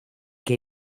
que